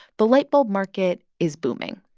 the light bulb market is booming.